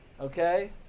Okay